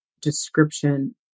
description